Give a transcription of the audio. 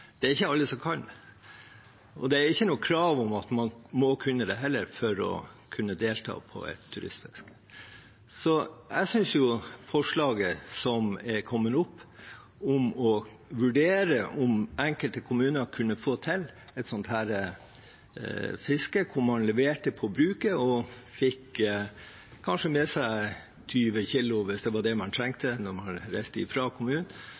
er ikke alle som kan det. Det er ikke noe krav om at man må kunne det heller for å kunne delta i turistfiske. Så jeg synes godt om forslaget som er kommet, om å vurdere om enkelte kommuner kunne få til et fiske hvor man leverte på bruket og kanskje fikk med seg 20 kg, hvis det var det man trengte, når man reiste fra kommunen.